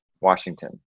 Washington